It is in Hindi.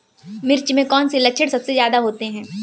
मिर्च में कौन से लक्षण सबसे ज्यादा होते हैं?